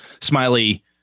Smiley